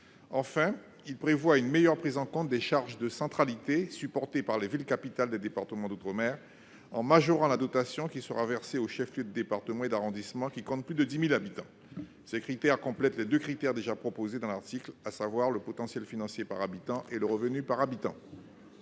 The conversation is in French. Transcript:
Enfin, il tend à prévoir une meilleure prise en compte des charges de centralité supportées par les « villes capitales » des départements d'outre-mer, en majorant la dotation qui sera versée aux chefs-lieux de département et d'arrondissement comptant plus de 10 000 habitants. Ces critères complètent les deux critères déjà proposés dans l'article, à savoir le potentiel financier par habitant et le revenu par habitant.